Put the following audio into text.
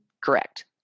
Correct